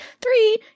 three